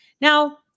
Now